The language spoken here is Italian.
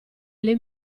alle